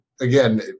again